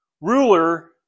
ruler